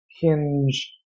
hinge